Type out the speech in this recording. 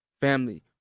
Family